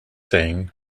sang